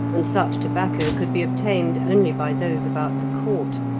and such tobacco could be obtained only by those about the court,